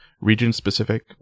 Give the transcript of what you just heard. region-specific